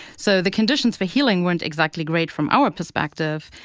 so the conditions for healing weren't exactly great, from our perspective.